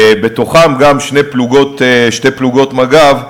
ובתוכם גם שתי פלוגות מג"ב,